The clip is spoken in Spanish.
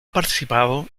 participado